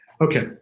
Okay